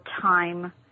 time